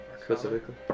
specifically